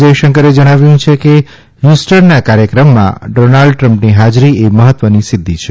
જયશંકરે જણાવ્યું છે કે હ્યુસ્ટરના કાર્યક્રમમાં ડોનલ્ડ ટ્રમ્પની હાજરી એ મહત્વની સિદ્ધિ છે